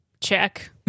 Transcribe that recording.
check